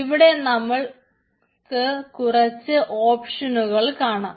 ഇവിടെ നമ്മൾക്ക് കുറച്ച് ഓപ്ഷനുകൾ കാണാം